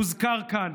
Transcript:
הוזכר כאן.